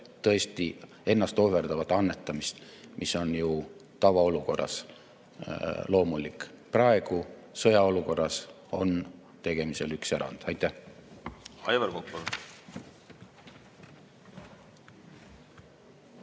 tõesti ennastohverdavat annetamist, mis on ju tavaolukorras loomulik. Praegu sõjaolukorras on tegemisel üks erand. Aitäh! Aivar Kokk,